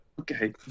Okay